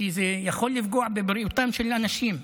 כי זה יכול לפגוע בבריאותם של אנשים.